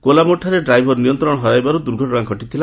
କେଲାମୋଡ଼ଠାରେ driver ନିୟନ୍ତ୍ରଣ ହରାଇବାରୁ ଦୁର୍ଘଟଣା ଘଟିଥିଲା